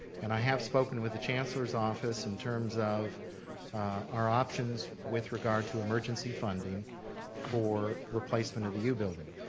and i have spoken with the chancellor's office in terms of our options with regard to emergency funding for replacement of the u building.